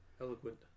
eloquent